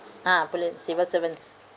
ah bullet civil servants